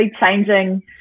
changing